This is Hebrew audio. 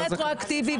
תהליך רטרואקטיבי,